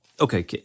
Okay